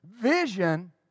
Vision